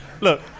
Look